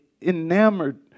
enamored